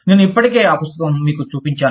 నేను ఇప్పటికే ఆ పుస్తకం మీకు చూపించాను